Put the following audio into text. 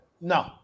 no